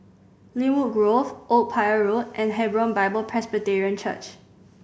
Lynwood Grove Old Pier Road and Hebron Bible Presbyterian Church